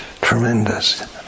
Tremendous